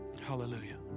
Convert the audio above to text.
Hallelujah